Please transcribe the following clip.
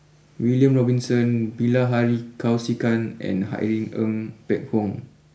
William Robinson Bilahari Kausikan and Irene Ng Phek Hoong